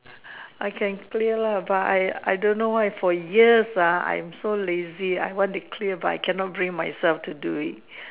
I can clear ah but I I don't know why for years ah I am so lazy I want to clear but I cannot bring myself to do it